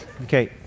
Okay